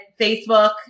Facebook